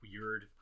weird